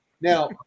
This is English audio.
now